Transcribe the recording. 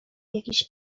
jakiś